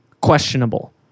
questionable